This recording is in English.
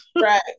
Right